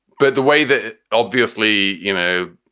but the way that obviously, you know,